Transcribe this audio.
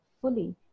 fully